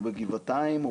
או בגבעתיים,